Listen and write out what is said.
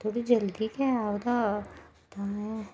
थोह्ड़ी जल्दी गै आओ तां ऐ